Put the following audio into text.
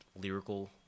lyrical